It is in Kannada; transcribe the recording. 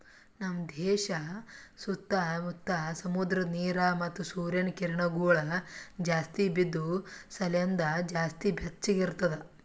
ನಮ್ ದೇಶ ಸುತ್ತಾ ಮುತ್ತಾ ಸಮುದ್ರದ ನೀರ ಮತ್ತ ಸೂರ್ಯನ ಕಿರಣಗೊಳ್ ಜಾಸ್ತಿ ಬಿದ್ದು ಸಲೆಂದ್ ಜಾಸ್ತಿ ಬೆಚ್ಚಗ ಇರ್ತದ